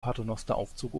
paternosteraufzug